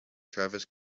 travis